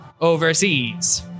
overseas